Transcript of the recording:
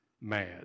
mad